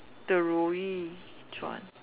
the 如懿传